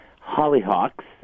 hollyhocks